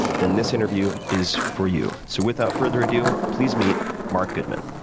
then this interview is for you. so without further ado, please meet marc goodman.